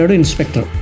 inspector